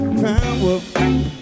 power